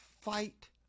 fight